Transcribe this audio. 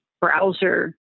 browser